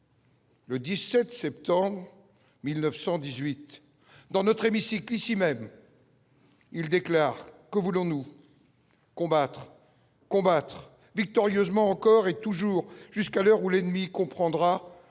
Le 17 septembre 1918 dans notre hémicycle ici même, il déclare : que voulons-nous combattre combattre victorieusement encore et toujours, jusqu'à l'heure où l'ennemi comprendra